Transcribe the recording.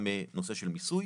גם בנשוא של מיסוי.